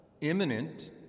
imminent